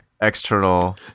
external